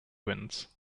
winds